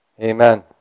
Amen